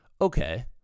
okay